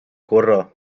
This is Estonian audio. korra